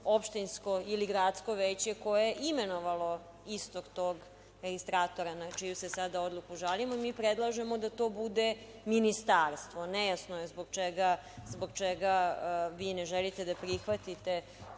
opštinsko ili gradsko veće koje je imenovalo istog tog registratora na čiju se sada odluku sada žalimo. Mi predlažemo da to bude ministarstvo. Nejasno je zbog čega vi ne želite da prihvatite